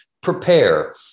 prepare